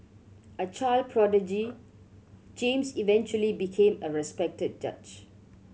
a child prodigy James eventually became a respected judge